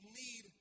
need